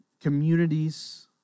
communities